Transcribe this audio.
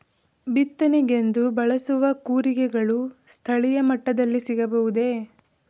ಬಿತ್ತನೆಗೆಂದು ಬಳಸುವ ಕೂರಿಗೆಗಳು ಸ್ಥಳೀಯ ಮಟ್ಟದಲ್ಲಿ ಸಿಗಬಹುದೇ?